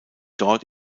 dort